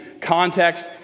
context